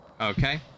Okay